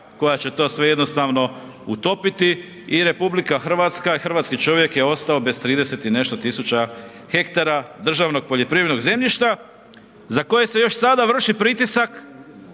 koja će to sve jednostavno utopiti i RH i hrvatski čovjek je ostao bez 30 i nešto tisuća hektara državnog poljoprivrednog zemljišta za koje se još sada vrši pritisak